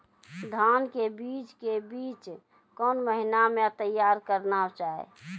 धान के बीज के बीच कौन महीना मैं तैयार करना जाए?